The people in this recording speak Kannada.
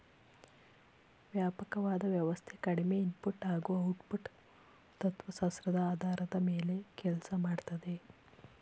ವ್ಯಾಪಕವಾದ ವ್ಯವಸ್ಥೆ ಕಡಿಮೆ ಇನ್ಪುಟ್ ಹಾಗೂ ಔಟ್ಪುಟ್ ತತ್ವಶಾಸ್ತ್ರದ ಆಧಾರದ ಮೇಲೆ ಕೆಲ್ಸ ಮಾಡ್ತದೆ